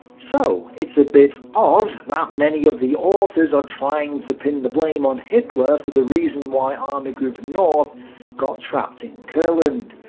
so, it's a bit odd that many of the authors are trying to pin the blame on hitler for the reason why army group north got trapped in courland.